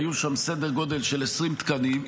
היו שם סדר גודל של 20 תקנים,